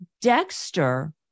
dexter